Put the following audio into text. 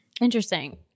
Interesting